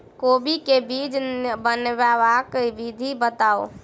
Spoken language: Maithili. कोबी केँ बीज बनेबाक विधि बताऊ?